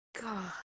God